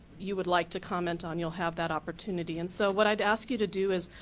you would like to comment on. you'll have that opportunity. and so what i'd ask you to do is,